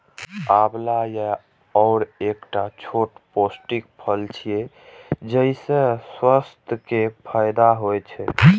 आंवला या औरा एकटा छोट पौष्टिक फल छियै, जइसे स्वास्थ्य के फायदा होइ छै